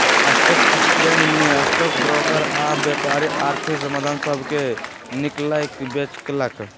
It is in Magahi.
स्टॉक एक्सचेंज में स्टॉक ब्रोकर आऽ व्यापारी आर्थिक साधन सभके किनलक बेचलक